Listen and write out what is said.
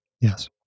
Yes